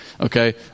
okay